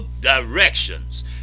directions